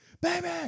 baby